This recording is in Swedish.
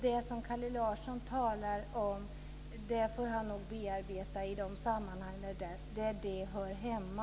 Det som Kalle Larsson talar om får han nog bearbeta i de sammanhang där det hör hemma.